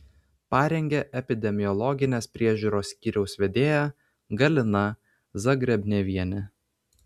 parengė epidemiologinės priežiūros skyriaus vedėja galina zagrebnevienė